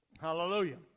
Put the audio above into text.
Hallelujah